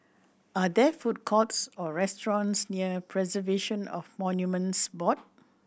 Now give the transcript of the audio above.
are there food courts or restaurants near Preservation of Monuments Board